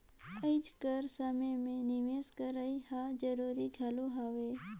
आएज कर समे में निवेस करई हर जरूरी घलो हवे